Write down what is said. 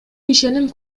ишеним